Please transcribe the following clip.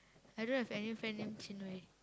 I don't have any friend name Chin-Wei